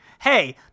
hey